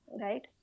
right